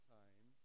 time